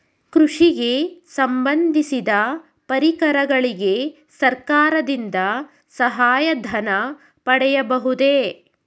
ಕೃಷಿಗೆ ಸಂಬಂದಿಸಿದ ಪರಿಕರಗಳಿಗೆ ಸರ್ಕಾರದಿಂದ ಸಹಾಯ ಧನ ಪಡೆಯಬಹುದೇ?